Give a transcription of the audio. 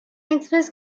express